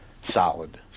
solid